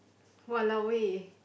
!walao! eh